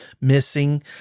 missing